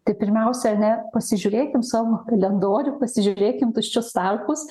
tai pirmiausia ar ne pasižiūrėkim savo kalendorių pasižiūrėkim tuščius tarpus